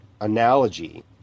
analogy